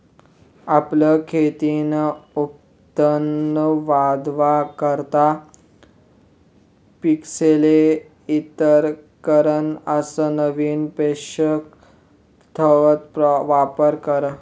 आपलं खेतीन उत्पन वाढावा करता पिकेसले हितकारक अस नवीन पोषक तत्वन वापर करा